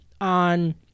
on